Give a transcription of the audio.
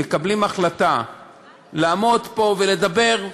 מקבלים החלטה לעמוד פה ולדבר,